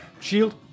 Shield